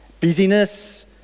busyness